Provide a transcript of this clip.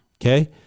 Okay